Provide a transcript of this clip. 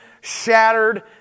shattered